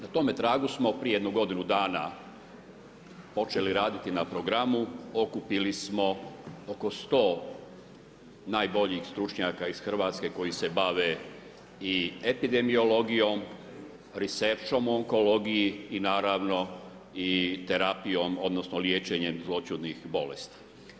Na tome tragu smo prije jedno godinu dana počeli raditi na programu, okupili smo oko 100 najboljih stručnjaka iz Hrvatske koji se bave i epidemiologijom, …/nerazumljivo/… u onkologiji i naravno i terapijom odnosno liječenjem zloćudnih bolesti.